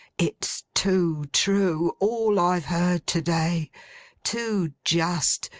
it's too true, all i've heard to-day too just,